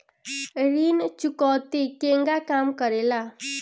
ऋण चुकौती केगा काम करेले?